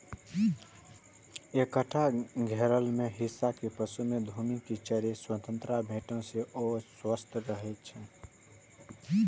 एकटा घेरल हिस्सा मे पशु कें घूमि कें चरै के स्वतंत्रता भेटै से ओ स्वस्थ रहै छै